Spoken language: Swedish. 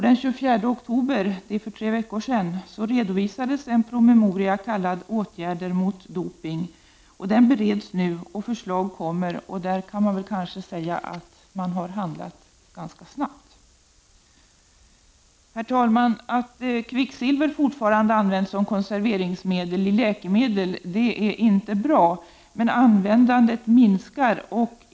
Den 24 oktober, för tre veckor sedan, redovisades promemorian ”Åtgärder mot doping”. Den bereds nu och förslag kommer. I det här avseendet har man handlat ganska snabbt. Herr talman! Att kvicksilver fortfarande används som konserveringsmedel i läkemedel är inte bra. Användandet minskar dock.